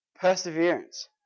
Perseverance